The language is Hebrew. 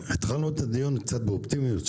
התחלנו את הדיון קצת באופטימיות.